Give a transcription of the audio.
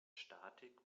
statik